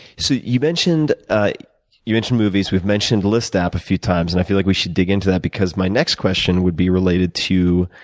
so you mentioned ah you mentioned movies, we've mentioned list app a few times and i feel like we should dig into that because my next question would be related to,